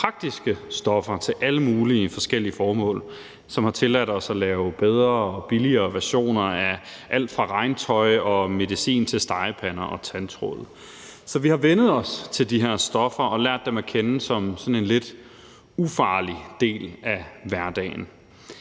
praktiske stoffer til alle mulige forskellige formål, og de har tilladt os at lave bedre og billigere versioner af alt fra regntøj og medicin til stegepander og tandtråd. Så vi har vænnet os til de her stoffer og lært dem at kende som en sådan lidt ufarlig del af hverdagen.